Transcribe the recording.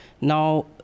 now